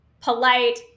polite